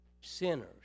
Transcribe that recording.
sinners